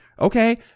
Okay